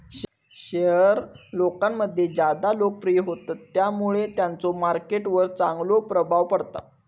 share लोकांमध्ये ज्यादा लोकप्रिय होतत त्यामुळे त्यांचो मार्केट वर चांगलो प्रभाव पडता